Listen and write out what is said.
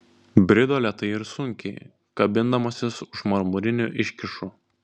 brido lėtai ir sunkiai kabindamasis už marmurinių iškyšų